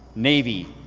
navy,